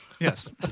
Yes